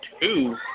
two